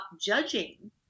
judging